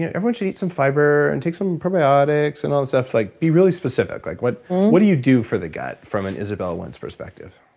everyone should eat some fiber and take some probiotics and all that stuff. like be really specific. like what what do you do for the gut from an izabella wentz perspective?